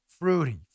fruity